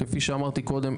כפי שאמרתי קודם,